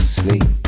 sleep